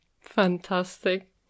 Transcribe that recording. fantastic